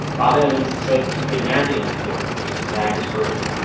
bob evans said he had been napping on the floor because his back was hurting him.